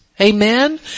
Amen